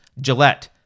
Gillette